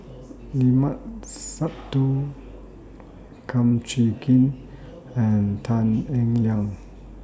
Limat Sabtu Kum Chee Kin and Tan Eng Liang